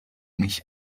mich